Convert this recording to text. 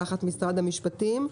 תחת משרד המשפטים,